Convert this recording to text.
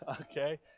Okay